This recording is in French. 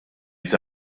est